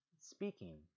speaking